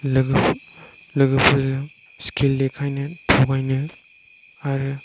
लोगोफोरजों स्किल देखायनो थगायनो आरो